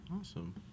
awesome